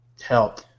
help